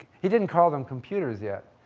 he didn't call them computers yet,